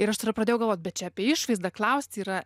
ir aš tada pradėjau galvot bet čia apie išvaizdą klausti yra